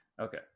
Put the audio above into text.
Okay